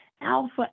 Alpha